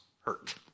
hurt